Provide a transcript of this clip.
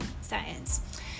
science